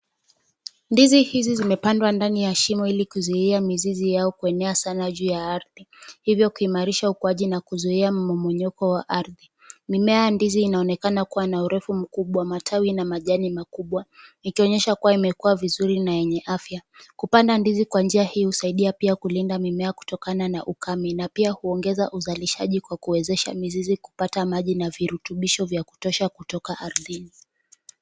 Ndizi hizi zimepandwa ndani ya shimo ili kuzuia mizizi yao kuenea sana juu ya ardhi. Hivyo kuimarisha ukuaji na kuzuia mmomonyoko wa ardhi. Mimea ya ndizi inaonekana kuwa na urefu mkubwa, matawi na majani makubwa, ikionyesha kuwa imekuwa vizuri na yenye afya. Kupanda ndizi kwa njia hii husaidia pia kulinda mimea kutokana na ukame, na pia kuongeza uzalishaji, kwa kuwezesha mizizi kupata maji na virutubisho vya kutosha kutoka ardhini.